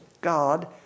God